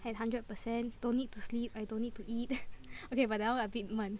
have hundred percent don't need to sleep I don't need to eat okay but that one a bit 闷